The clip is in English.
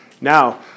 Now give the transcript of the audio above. Now